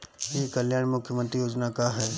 ई कल्याण मुख्य्मंत्री योजना का है?